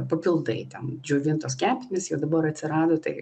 papildai ten džiovintos kepenys jau dabar atsirado tai